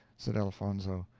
said elfonzo.